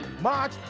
March